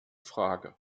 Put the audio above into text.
frage